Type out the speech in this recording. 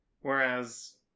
whereas